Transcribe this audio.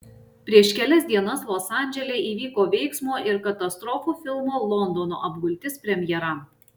prieš kelias dienas los andžele įvyko veiksmo ir katastrofų filmo londono apgultis premjera